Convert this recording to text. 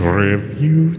review